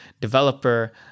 developer